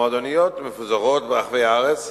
המועדוניות מפוזרות ברחבי הארץ